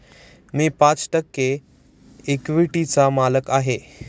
मी पाच टक्के इक्विटीचा मालक आहे